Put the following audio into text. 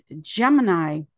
Gemini